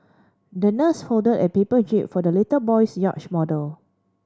the nurse folded a paper jib for the little boy's yacht model